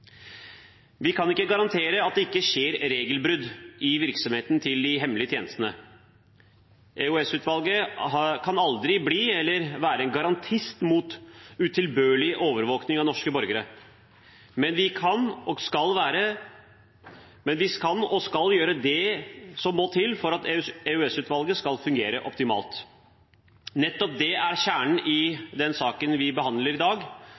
Vi kan ikke garantere at det ikke skjer regelbrudd i virksomheten til de hemmelige tjenestene. EOS-utvalget kan aldri bli eller være en garantist mot utilbørlig overvåkning av norske borgere, men vi kan – og skal – gjøre det som må til for at EOS-utvalget skal fungere optimalt. Nettopp det er kjernen i den saken vi behandler i dag